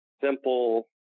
simple